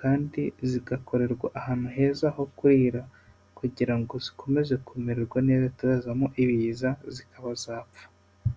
kandi zigakorerwa ahantu heza ho kurira kugira ngo zikomeze kumererwa neza hatazazamo ibiza zikaba zapfa.